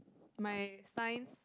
my science